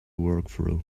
workflow